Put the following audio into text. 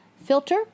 Filter